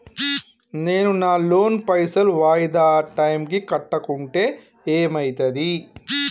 నేను నా లోన్ పైసల్ వాయిదా టైం కి కట్టకుంటే ఏమైతది?